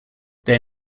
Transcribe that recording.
their